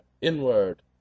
inward